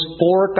four